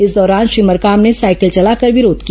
इस दौरान श्री मरकाम ने साइकिल चलाकर विरोध किया